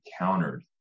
encountered